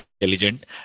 intelligent